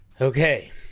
Okay